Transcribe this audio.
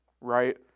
right